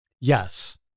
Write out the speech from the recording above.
Yes